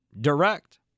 Direct